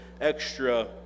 extra